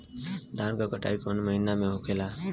धान क कटाई कवने महीना में होखेला?